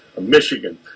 Michigan